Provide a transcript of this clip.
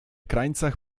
krańcach